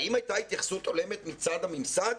האם הייתה התייחסות הולמת מצד הממסד?